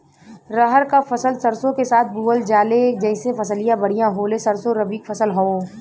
रहर क फसल सरसो के साथे बुवल जाले जैसे फसलिया बढ़िया होले सरसो रबीक फसल हवौ